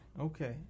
Okay